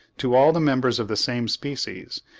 to all the members of the same species,